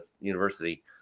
university